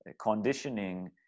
conditioning